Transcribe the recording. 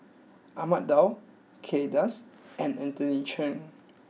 Ahmad Daud Kay Das and Anthony Chen